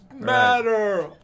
matter